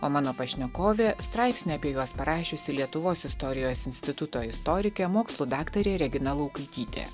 o mano pašnekovė straipsnį apie juos parašiusi lietuvos istorijos instituto istorikė mokslų daktarė regina laukaitytė